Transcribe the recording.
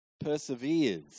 perseveres